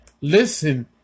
Listen